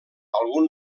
algun